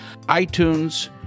iTunes